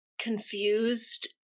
confused